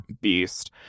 Beast